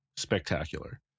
Spectacular